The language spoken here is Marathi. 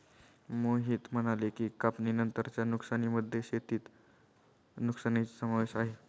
मोहित म्हणाले की, कापणीनंतरच्या नुकसानीमध्ये शेतातील नुकसानीचा समावेश आहे